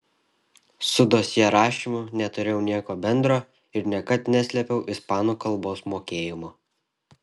su dosjė rašymu neturėjau nieko bendro ir niekad neslėpiau ispanų kalbos mokėjimo